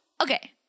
okay